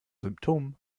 symptomen